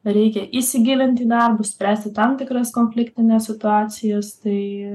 reikia įsigilint į darbus spręsti tam tikras konfliktines situacijas tai